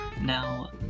Now